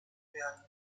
werden